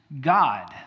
God